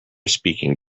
speaking